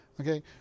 okay